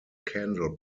candle